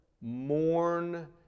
mourn